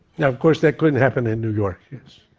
now, of course, that couldn't happen in new york.